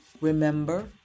remember